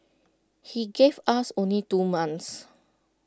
he gave us only two months